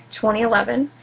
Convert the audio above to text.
2011